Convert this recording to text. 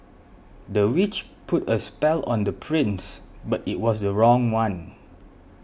the witch put a spell on the prince but it was the wrong one